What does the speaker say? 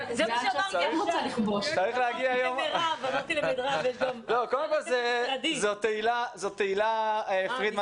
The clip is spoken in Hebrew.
אמרה את זה תהלה פרידמן